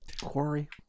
Quarry